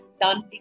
done